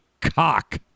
cock